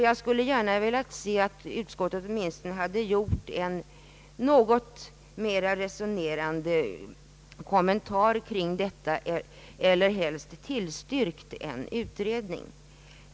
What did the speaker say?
Jag hade gärna sett att utskottet åtminstone gjort en något mera resonerande kommentar, eller helst tillstyrkt en utredning.